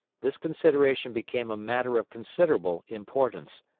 this consideration became a matter of considerable importance.